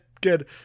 good